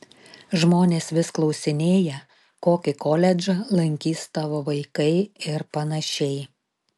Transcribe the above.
žmonės vis klausinėja kokį koledžą lankys tavo vaikai ir panašiai